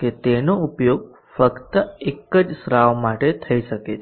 કે તેનો ઉપયોગ ફક્ત એક જ સ્રાવ માટે થઈ શકે છે